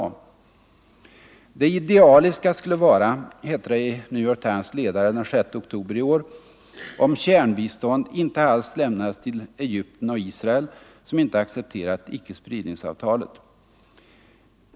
”Det idealiska skulle vara”, heter det i New York Times ledare den 6 oktober i år, ”om kärnbistånd inte alls lämnades till Egypten och Israel som inte accepterat icke-spridningsavtalet”.